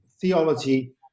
theology